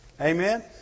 Amen